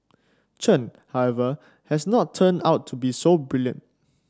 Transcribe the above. Chen however has not turned out to be so brilliant